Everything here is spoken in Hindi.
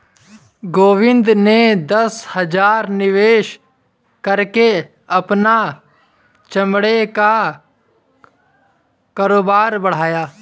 गोविंद ने दस हजार निवेश करके अपना चमड़े का कारोबार बढ़ाया